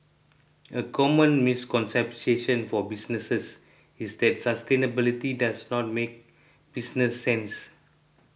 a common misconception for businesses is that sustainability does not make business sense